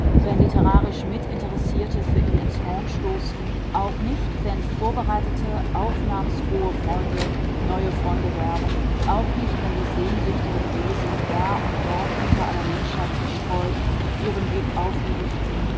wenn literarisch mitinteressierte für ihn ins horn stoßen auch nicht wenn vorbereitete aufnahmsfrohe freunde neue freunde werben auch nicht wenn die sehnsüchtigen wesen da und dort unter aller menschheit zerstreut ihren blick auf ihn richten